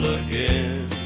again